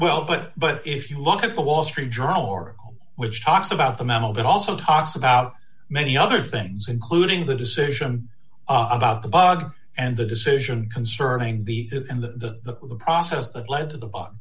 well but but if you look at the wall street journal or which talks about the memo it also talks about many other things including the decision about the bug and the decision concerning the if and the process that led to the